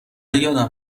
یادم